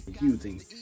using